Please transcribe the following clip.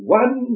one